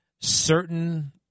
certain